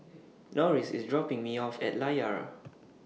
Norris IS dropping Me off At Layar